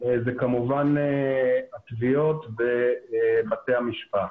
זה כמובן התביעות בבתי המשפט.